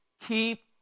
keep